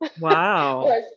Wow